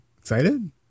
excited